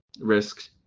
risk